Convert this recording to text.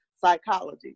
Psychology